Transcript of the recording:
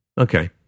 Okay